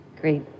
great